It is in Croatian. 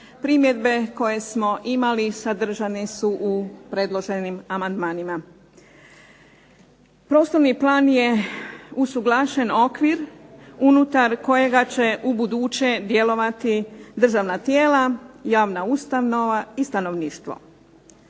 Primjedbe koje smo imali sadržani su u predloženim amandmanima. Prostorni plan je usuglašen okvir unutar kojega će ubuduće djelovati državna tijela, javna ustanova i stanovništvo.